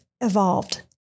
evolved